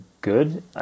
good